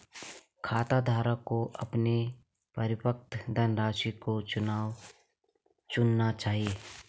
खाताधारक को अपने परिपक्व धनराशि को चुनना चाहिए